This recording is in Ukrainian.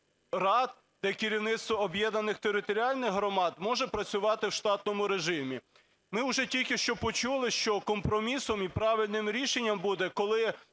рад, де керівництво об'єднаних територіальних громад може працювати в штатному режимі. Ми уже тільки що почули, що компромісом і правильним рішенням буде, коли